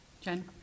Jen